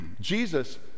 Jesus